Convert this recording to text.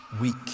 weak